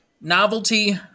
Novelty